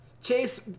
Chase